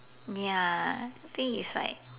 ya think is like